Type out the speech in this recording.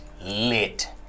lit